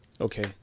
Okay